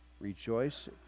rejoice